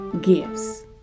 gifts